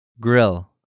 Grill